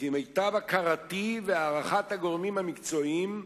לפי מיטב הכרתי והערכת הגורמים המקצועיים,